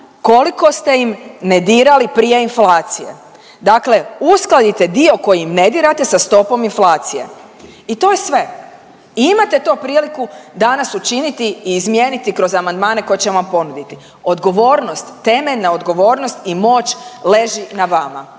koliko ste im ne dirali prije inflacije. Dakle uskladite dio koji ne dirate sa stopom inflacije. I to je sve. Imate to priliku danas učiniti i izmijeniti kroz amandmane koje ćemo vam ponuditi. Odgovornost, temeljna odgovornost i moć leži na vama.